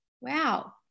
Wow